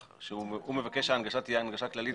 שהוא מבקש שההנגשה תהיה הנגשה כללית,